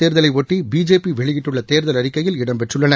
தேர்தலைபொட்டி BJP வெளியிட்டுள்ள தேர்தல் அறிக்கையில் இடம் பெற்றுள்ளன